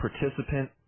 participant